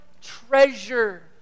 Treasure